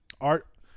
art